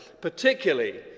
particularly